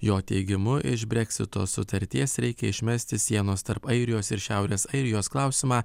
jo teigimu iš breksito sutarties reikia išmesti sienos tarp airijos ir šiaurės airijos klausimą